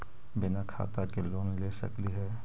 बिना खाता के लोन ले सकली हे?